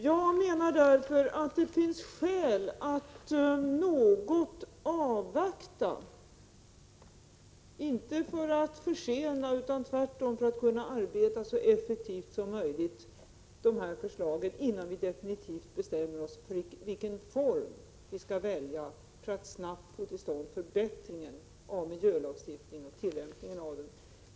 Jag menar därför att det finns skäl att avvakta något — inte för att försena utan tvärtom för att så effektivt som möjligt utarbeta förslaget, innan vi definitivt bestämmer oss för vilken form vi skall välja för att snabbt få till stånd förbättringar av tillämpningen av miljölagstiftningen.